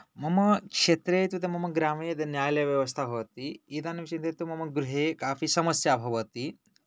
मम क्षेत्रे तु तत् मम ग्रामे न्यायालयव्यवस्था भवति इदानीं चिन्तयतु मम गृहे कापि समस्या भवति